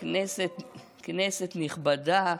כנסת נכבדה.